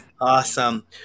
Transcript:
awesome